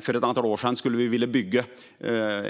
För ett antal år sedan ville vi bygga